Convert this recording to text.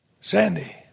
Sandy